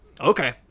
okay